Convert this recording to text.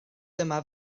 dyma